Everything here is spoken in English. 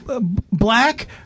Black